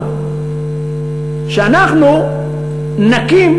שאנחנו נקים